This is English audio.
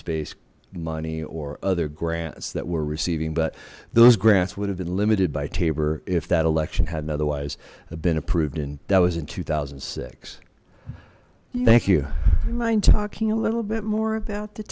space money or other grants that were receiving but those grants would have been limited by tabor if that election hadn't otherwise have been approved in that was in two thousand and six thank you mind talking a little bit more about the